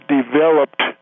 developed